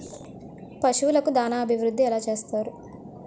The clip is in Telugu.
పశువులకు దాన అభివృద్ధి ఎలా చేస్తారు?